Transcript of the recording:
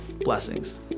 Blessings